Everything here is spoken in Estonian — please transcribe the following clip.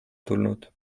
tulnud